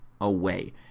away